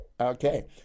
okay